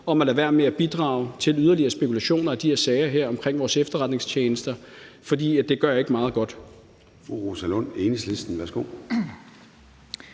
om at lade være med at bidrage til yderligere spekulationer i de her sager omkring vores efterretningstjenester, for det gør ikke meget godt.